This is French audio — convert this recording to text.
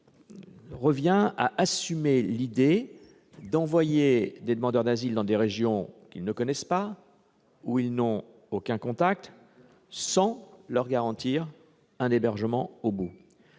revient à assumer l'idée que l'on enverra des demandeurs d'asile dans des régions qu'ils ne connaissent pas et où ils n'ont aucun contact, sans leur garantir un hébergement au bout.